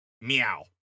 meow